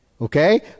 Okay